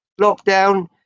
Lockdown